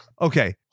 Okay